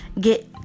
get